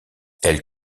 elle